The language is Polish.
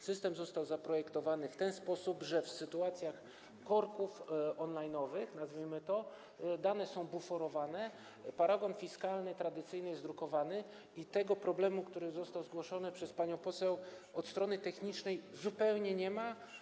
System został zaprojektowany w ten sposób, że w sytuacjach korków, powiedzmy, on-line’owych dane są buforowane, paragon fiskalny jest tradycyjnie drukowany i tego problemu, który został zgłoszony przez panią poseł, od strony technicznej zupełnie nie ma.